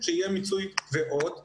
שיהיה מיצוי תביעות בנושא,